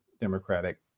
democratic